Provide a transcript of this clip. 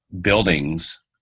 buildings